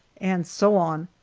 and so on,